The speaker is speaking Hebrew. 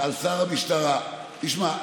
תשמע,